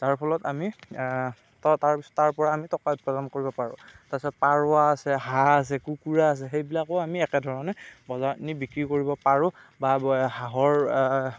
তাৰ ফলত আমি ত তাৰ পি তাৰ পৰা আমি টকা উৎপাদন কৰিব পাৰোঁ তাৰ পিছত পাৰও আছে হাঁহ আছে কুকুৰা আছে সেইবিলাকো আমি একেধৰণে বজাৰত নি বিক্ৰী কৰিব পাৰোঁ বা হাঁহৰ